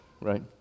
right